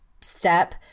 step